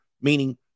Meaning